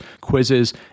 quizzes